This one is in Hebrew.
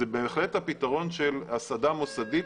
זה בהחלט הפתרון של הסעדה מוסדית,